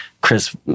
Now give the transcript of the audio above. Chris